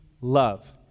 love